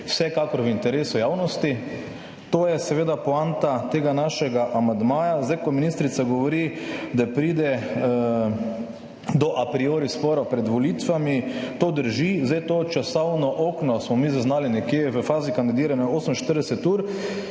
vsekakor v interesu javnosti. To je seveda poanta tega našega amandmaja. Ko ministrica govori, da pride do a priori sporov pred volitvami, to drži. To časovno okno smo mi zaznali v fazi kandidiranja nekje 48 ur,